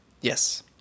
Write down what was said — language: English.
Yes